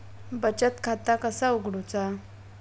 बचत खाता कसा उघडूचा?